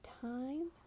time